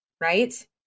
right